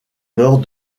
nord